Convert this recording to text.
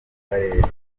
karere